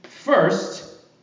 First